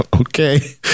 okay